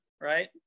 right